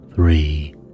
Three